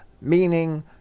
meaning